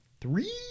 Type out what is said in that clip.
three